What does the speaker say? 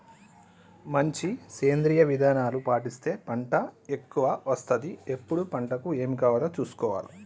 మంచి సేంద్రియ విధానాలు పాటిస్తే పంట ఎక్కవ వస్తది ఎప్పుడు పంటకు ఏమి కావాలో చూసుకోవాలే